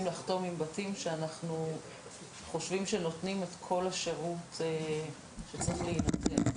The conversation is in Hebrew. לחתום עם בתים שאנחנו חושבים שנותנים את כל השירות שצריך להינתן.